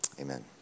amen